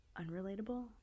unrelatable